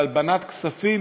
על הלבנת כספים,